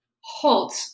halt